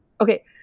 okay